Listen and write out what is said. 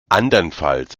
andernfalls